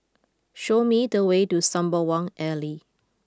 show me the way to Sembawang Alley